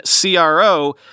CRO